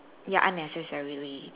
ya unnecessarily